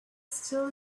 still